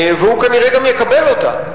והוא כנראה גם יקבל אותה.